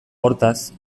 hortaz